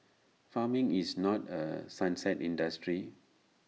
farming is not A sunset industry